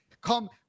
come